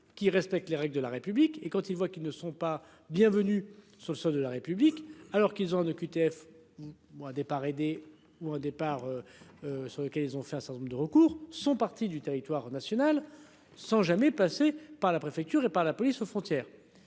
qui respectent les règles de la République et quand ils voient qu'ils ne sont pas bienvenus sur le sol de la République, alors qu'ils ont en OQTF. Moi départ aidés ou un départ. Sur lequel ils ont fait un certain nombre de recours sont parties du territoire national sans jamais passer par la préfecture et par la police aux frontières.